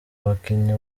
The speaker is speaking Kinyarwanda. abakinnyi